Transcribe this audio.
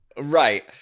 Right